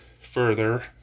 further